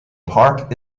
park